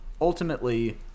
ultimately